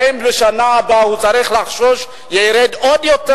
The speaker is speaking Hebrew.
האם בשנה הבא הוא צריך לחשוש שירד עוד יותר,